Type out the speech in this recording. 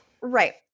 Right